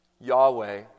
Yahweh